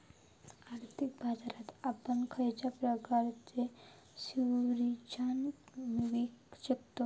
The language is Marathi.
आर्थिक बाजारात आपण खयच्या प्रकारचे सिक्युरिटीज विकु शकतव?